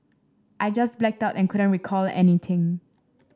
i just blacked out and couldn't recall anything